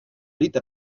dita